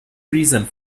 reason